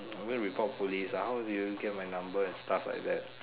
I'm going to report police ah how did you get my number and stuff like that